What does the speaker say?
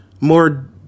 more